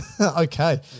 Okay